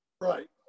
Right